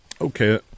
Okay